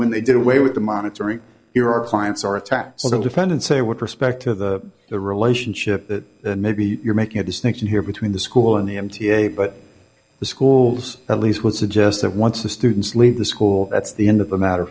when they did away with the monitoring here our clients are attacked all the defendants say with respect to the the relationship that maybe you're making a distinction here between the school and the m t a but the schools at least would suggest that once the students leave the school that's the end of the matter